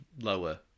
lower